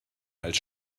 als